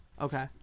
Okay